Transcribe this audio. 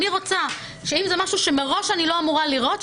אני רוצה שאם זה משהו שמראש אני לא אמורה לראות,